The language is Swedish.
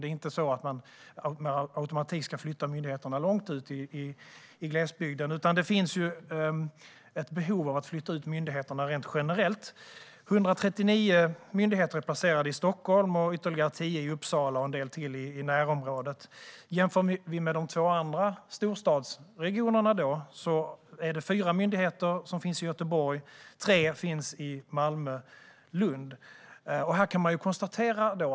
Det är inte så att man med automatik ska flytta myndigheterna långt ut i glesbygden. Men det finns ett behov av att flytta ut myndigheterna rent generellt. 139 myndigheter är placerade i Stockholm och ytterligare 10 i Uppsala och en del till i närområdet, vilket kan jämföras med de två andra storstadsregionerna, där det finns 4 myndigheter i Göteborg och 3 i Malmö och Lund.